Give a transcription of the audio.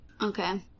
Okay